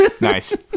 Nice